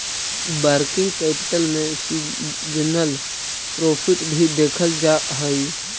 working capital में seasonal profit भी देखल जा हई